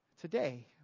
today